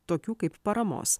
tokių kaip paramos